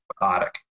robotic